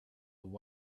small